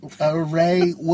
array